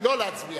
לא להצביע.